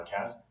podcast